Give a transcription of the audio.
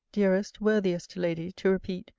dearest, worthiest lady, to repeat,